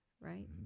right